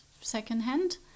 secondhand